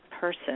person